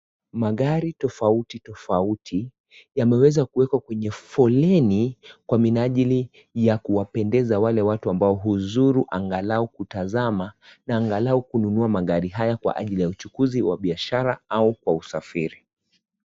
Magari tofautitofauti yamewezakuwekwa kwenye foleni kwa ajili ya kuwapendeza watu wanaozuru angalau kutazama na angalau kununua magari haya kwa uchukuzi wa biashara kwa usafiri.